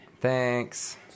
Thanks